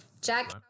Jack